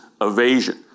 evasion